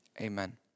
amen